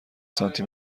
سانتی